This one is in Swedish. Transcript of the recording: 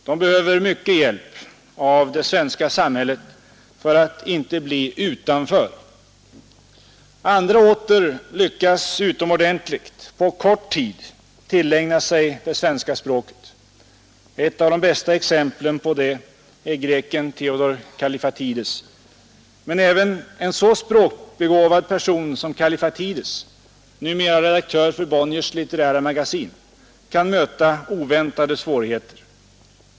De behöver mycket hjälp av det svenska samhället för att inte bli utanför. Andra åter lyckas på kort tid utomordentligt bra tillägna sig det svenska språket. Ett av de bästa exemplen på det är greken Theodor Kallifatides. Men även en så språkbegåvad person som Kallifatides — numera redaktör för Bonniers Litterära Magasin — kan möta oväntade svårigheter.